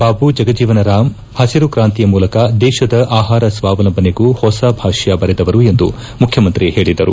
ಬಾಬು ಜಗಜೀವನ ರಾಮ್ ಪಸಿರು ಕಾಂತ್ರಿಯ ಮೂಲಕ ದೇಶದ ಆಹಾರ ಸ್ನಾವಲಂಬನೆಗೂ ಹೊಸ ಭಾಷ್ನ ಬರೆದವರು ಎಂದು ಮುಖ್ಯಮಂತ್ರಿ ಹೇಳಿದರು